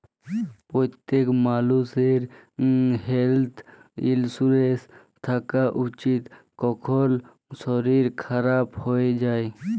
প্যত্তেক মালুষের health insurance থ্যাকা উচিত, কখল শরীর খারাপ হয়ে যায়